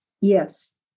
Yes